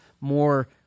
more